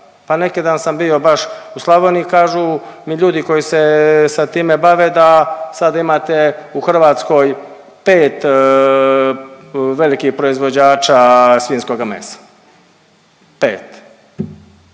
Pa neki dan sam bio baš u Slavoniji i kažu mi ljudi koji se sa time bave da sad imate u Hrvatskoj 5 velikih proizvođača svinjskoga mesa, 5